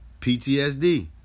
PTSD